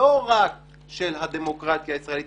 לא רק של הדמוקרטיה הישראלית,